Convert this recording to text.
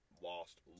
lost